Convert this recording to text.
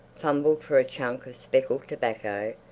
fumbled for a chunk of speckled tobacco,